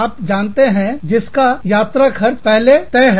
आप जानते हो जिसका यात्रा खर्च पहले तय है